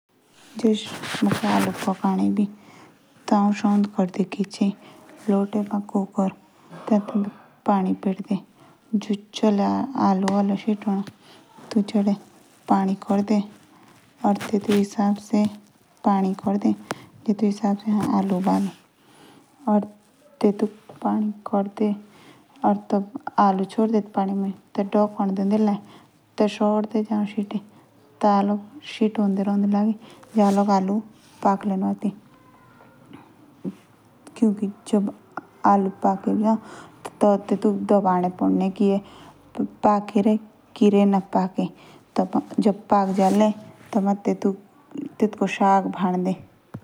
जश मुखे आलू पकाड़े एबि। टी मुखे पहले शॉन्ड पीडी दो क्रनो। ते आउ तेंदो पानी परदे। जिस हिसाब से पानी खराब, जिस हिसाब से आलू होल।